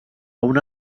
una